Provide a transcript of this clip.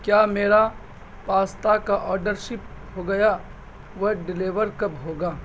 کیا میرا پاستا کا آڈر شپ ہو گیا وہ ڈلیور کب ہوگا